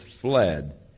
fled